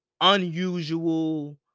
unusual